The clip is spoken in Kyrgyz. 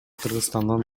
кыргызстандан